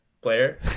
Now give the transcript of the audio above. player